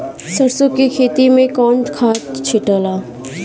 सरसो के खेती मे कौन खाद छिटाला?